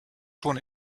schon